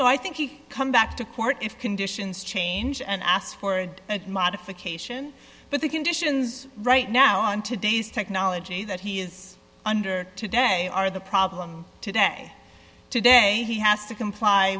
no i think you come back to court if conditions change and asked for a modification but the conditions right now on today's technology that he is under today are the problem today today he has to comply